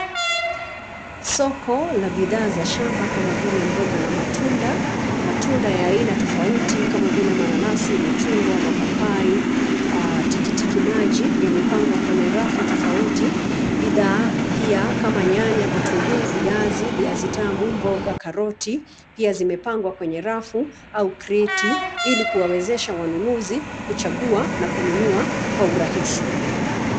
Soko la bidhaa za shamba kama vile mboga na matunda. Matunda ya aina tofauti kama vile: mananasi, machungwa, mapapai, tikitiki maji, yamepangwa kwenye rafu tofauti. Bidhaa pia kama: nyanya, vitunguu, viazi, viazi tamu, mboga, karoti, pia zimepangwa kwenye rafu au kreti ilikuwawezesha wanunuzi kuchagua na kununua kwa urahisi.